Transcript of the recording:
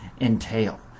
entail